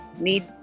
need